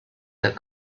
that